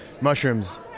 Mushroom's